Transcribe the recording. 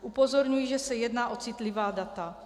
Upozorňuji, že se jedná o citlivá data.